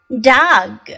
dog